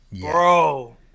Bro